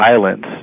violence